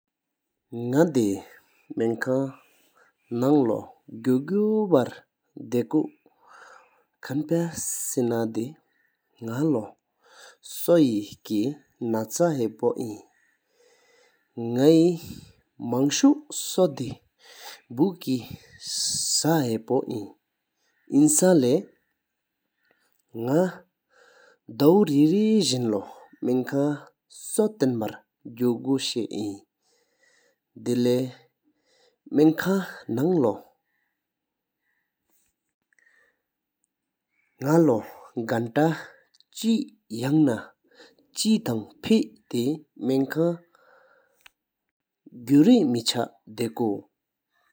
ནག་དེ་མང་ཁང་ནང་ལོ་གུ་གུ་བར་དགོ་། ཁན་ཕ་སེ་ན་དེ་ནག་ལོ་སོེ་ཀེ་ནག་ལ་ཧ་པོ་པོ་ཀེ་རྩང་ལེ་ནག་ལྟོ་ར་ར་ཟིན་ལོ་དུང་མང་ཁང་སོ་ཏན་བར་གོ་གོ་ཤེས་ཨིན། སྲས་མང་ཁང་ནང་ལོ་ནག་ལོ་ཐང་མང་ཁང་གུ་རེ་མེ་ཆ་དགོ། དལེ་མང་ཁང་ནང་ལོ་ནག་ལོ། གང་ཐ་ངལྡན་ཆེ་ཡང་ན་ཆེ་ཐང་ཕེ་དཀོག་དུ་བར་དགོ་སྒང་།